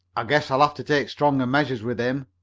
i guess i'll have to take stronger measures with him,